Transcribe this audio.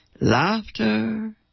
Laughter